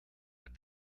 but